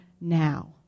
now